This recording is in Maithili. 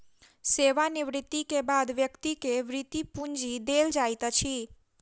सेवा निवृति के बाद व्यक्ति के वृति पूंजी देल जाइत अछि